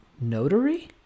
notary